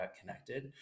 connected